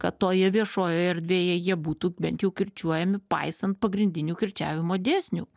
kad toje viešojoje erdvėje jie būtų bent jau kirčiuojami paisant pagrindinių kirčiavimo dėsnių